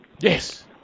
Yes